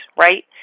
right